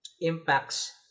impacts